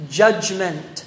judgment